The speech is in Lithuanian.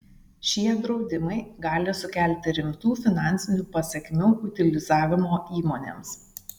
šie draudimai gali sukelti rimtų finansinių pasekmių utilizavimo įmonėms